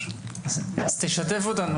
אז תשתף את הוועדה,